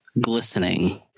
glistening